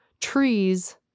trees